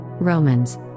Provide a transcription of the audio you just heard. Romans